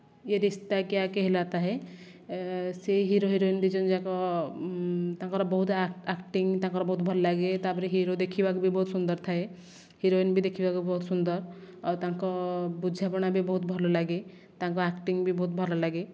ୟେ ରିସ୍ତା କ୍ୟା କେହେଲାତା ହେ ସେ ହିରୋ ହିରୋଇନ୍ ଦୁଇଜଣଯାକ ତାଙ୍କର ବହୁତ୍ ଆକ୍ଟିଂ ବହୁତ୍ ଭଲଲାଗେ ତାପରେ ହିରୋ ଦେଖିବାକୁ ବି ବହୁତ୍ ସୁନ୍ଦର ଥାଏ ହିରୋଇନ୍ ବି ଦେଖିବାକୁ ବହୁତ୍ ସୁନ୍ଦର୍ ଆଉ ତାଙ୍କ ବୁଝାମଣା ବି ବହୁତ୍ ଭଲ ଲାଗେ ତାଙ୍କ ଆକ୍ଟିଂ ବି ବହୁତ୍ ଭଲଲାଗେ